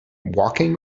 walking